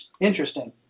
interesting